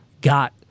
got